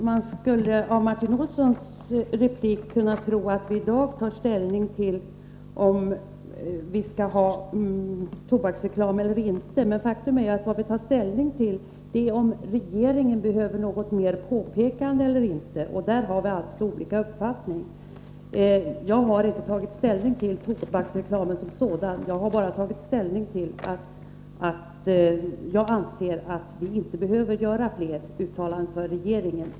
Herr talman! Av Martin Olssons replik skulle man kunna tro att vi i dag tar ställning till om vi skall ha tobaksreklam eller inte, men faktum är att vad vi tar ställning till är om regeringen behöver något mer påpekande. På den punkten har vi olika uppfattning. Jag framför ingen åsikt om tobaksreklamen som sådan, utan bara att jag anser att vi inte behöver göra fler uttalanden till regeringen.